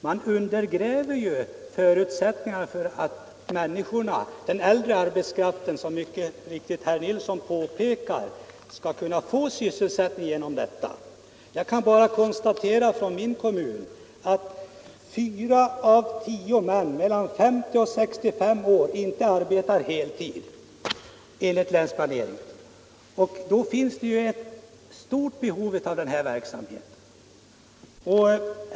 Man undergräver ju förutsättningarna för att den äldre arbetskraften — som mycket riktigt herr Nilsson påpekar —- skall kunna få sysselsättning genom denna verksamhet. Jag kan bara konstatera från min kommun att fyra av tio män mellan 50 och 65 år inte arbetar på heltid, enligt länsplaneringen. Då finns det ju ett stort behov av den här verksamheten.